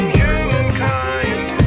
humankind